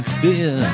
fear